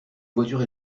voitures